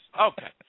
Okay